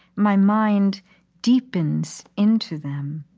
my mind deepens into them.